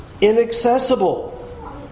inaccessible